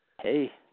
Hey